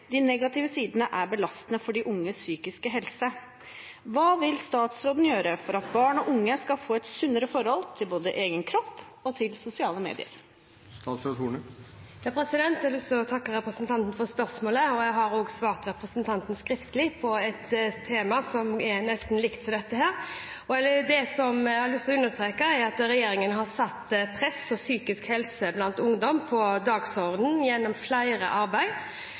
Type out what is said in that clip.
De negative sidene er belastende for de unges psykiske helse. Hva vil statsråden gjøre for at barn og unge skal få et sunnere forhold til både egen kropp og til sosiale medier?» Jeg vil takke representanten for spørsmålet, og jeg har også svart representanten skriftlig på et spørsmål om nesten det samme temaet. Det jeg har lyst til å understreke, er at regjeringen har satt press og psykisk helse blant ungdom på dagsordenen gjennom flere